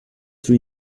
three